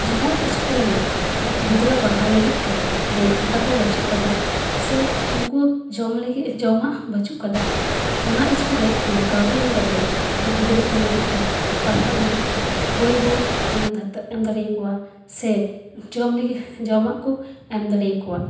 ᱡᱟᱦᱟᱸ ᱤᱥᱠᱩᱞ ᱨᱮ ᱩᱱᱠᱩ ᱜᱤᱫᱽᱨᱟᱹ ᱯᱟᱲᱦᱟᱣ ᱞᱟᱹᱜᱤᱫ ᱛᱮ ᱵᱳᱭ ᱠᱷᱟᱛᱟ ᱠᱚ ᱵᱟᱪᱩᱜ ᱠᱟᱫᱟ ᱥᱮ ᱩᱱᱠᱩ ᱡᱚᱢ ᱞᱟᱹᱜᱤᱫ ᱡᱚᱢᱟᱜ ᱵᱟᱹᱪᱩᱜ ᱠᱟᱫᱟ ᱚᱱᱟ ᱤᱥᱠᱩᱞ ᱨᱮ ᱱᱚᱣᱟ ᱠᱟᱹᱣᱰᱤ ᱮᱢ ᱠᱟᱛᱮ ᱩᱱᱠᱩ ᱜᱤᱫᱽᱨᱟᱹ ᱠᱚ ᱞᱟᱹᱜᱤᱫ ᱛᱮ ᱯᱟᱲᱦᱟᱜ ᱞᱟᱹᱜᱤᱫ ᱛᱮ ᱵᱳᱭ ᱵᱚᱢ ᱮᱢ ᱦᱟᱛᱟᱣ ᱮᱢ ᱫᱟᱲᱮᱣ ᱠᱚᱣᱟ ᱥᱮ ᱡᱚᱢ ᱞᱟᱹᱜᱤᱜ ᱡᱚᱢᱟᱜ ᱠᱚ ᱮᱢ ᱫᱟᱲᱮᱣ ᱠᱚᱣᱟ